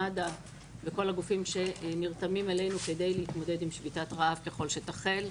מד"א וכל הגופים שנרתמים אלינו כדי להתמודד עם שביתת רעב ככל שתחל.